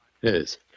Yes